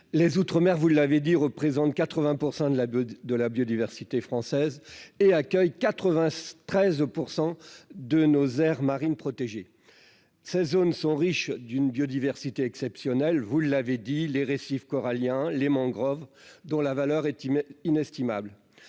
les outre-mer, vous l'avez dit, représentent 80 % de la de la biodiversité française et accueille 86 13 % de nos aires marines protégées, ces zones sont riche d'une biodiversité exceptionnelle, vous l'avez dit, les récifs coralliens les mangroves, dont la valeur est inestimable,